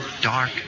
dark